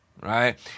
right